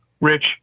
Rich